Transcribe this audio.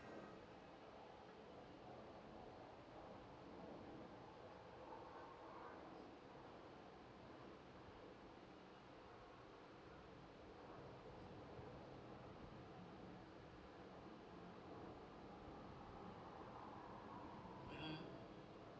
mmhmm